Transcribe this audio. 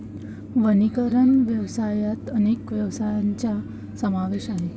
वनीकरण व्यवसायात अनेक व्यवसायांचा समावेश आहे